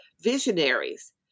visionaries